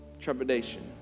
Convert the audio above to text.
trepidation